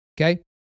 Okay